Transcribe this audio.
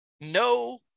no